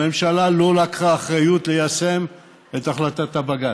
הממשלה לא לקחה אחריות ליישם את החלטת הבג"ץ.